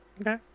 Okay